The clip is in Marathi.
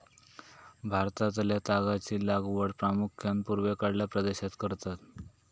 भारतातल्या तागाची लागवड प्रामुख्यान पूर्वेकडल्या प्रदेशात करतत